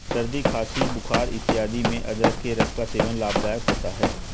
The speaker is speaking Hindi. सर्दी खांसी बुखार इत्यादि में अदरक के रस का सेवन लाभदायक होता है